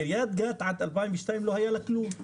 לקריית גת לא היה כלום ב-2002,